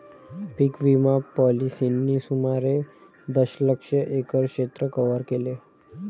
पीक विमा पॉलिसींनी सुमारे दशलक्ष एकर क्षेत्र कव्हर केले